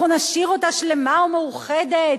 אנחנו נשאיר אותה שלמה ומאוחדת,